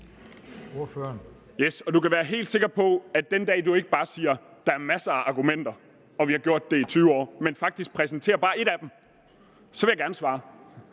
du kan være helt sikker på, at den dag, du ikke bare siger: »Der er masser af argumenter, og vi har gjort det i 20 år«, men faktisk præsenterer bare et af dem, vil jeg gerne svare.